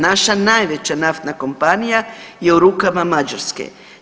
Naša najveća naftna kompanija je u rukama Mađarske.